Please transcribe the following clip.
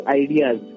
ideas